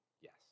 Yes